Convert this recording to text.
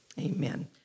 amen